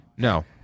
No